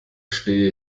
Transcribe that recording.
stehe